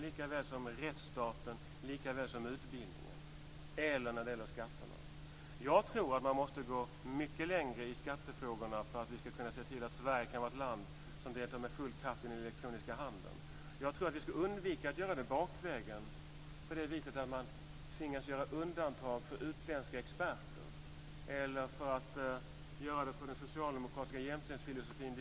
Frågan är om vi i debatten är närvarande i den verklighet vi i dag står inför. Inte med ett ord nämnde Gunnar Hökmark någonting om miljösituationen i världen. Den moderata friheten bygger väl på att vem som helst ska få ta för sig vad som helst. Vi vet att vi har bristande resurser när det gäller miljö och naturtillgångarna.